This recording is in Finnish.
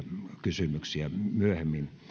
kysymyksiä myöhemmin